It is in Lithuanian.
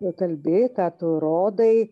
kalbi ką tu rodai